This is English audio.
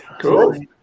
Cool